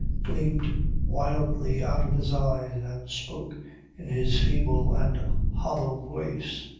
gleamed wildly out of his eyes, and spoke in his feeble and hollow voice.